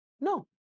No